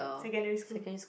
secondary school